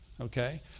Okay